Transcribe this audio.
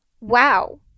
wow